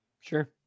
Sure